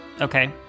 Okay